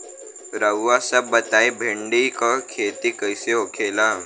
रउआ सभ बताई भिंडी क खेती कईसे होखेला?